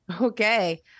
Okay